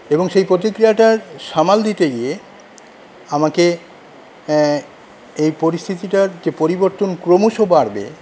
এবং সেই প্রতিক্রিয়াটার সামাল দিতে গিয়ে আমাকে এই পরিস্থিতিটার যে পরিবর্তন ক্রমশ বাড়বে